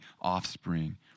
offspring